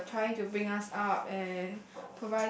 uh trying to bring us up and